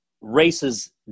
races